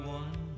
one